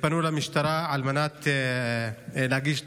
הם פנו למשטרה על מנת להגיש תלונה,